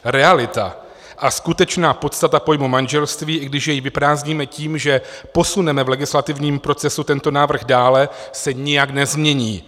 Realita a skutečná podstata pojmu manželství, i když jej vyprázdníme tím, že posuneme v legislativním procesu tento návrh dále, se nijak nezmění.